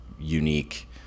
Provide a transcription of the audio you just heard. unique